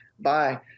Bye